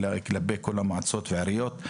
המועצות והעיריות.